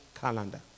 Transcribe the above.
calendar